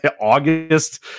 August